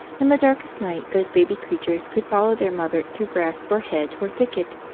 in the darkest night those baby creatures could follow their mother through grass or hedge or thicket,